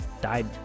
died